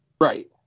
Right